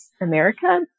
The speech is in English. America